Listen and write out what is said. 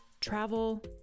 travel